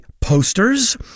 posters